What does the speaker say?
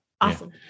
Awesome